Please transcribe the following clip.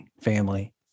family